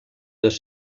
dos